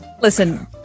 Listen